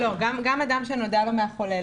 גם אדם שנודע לו מהחולה.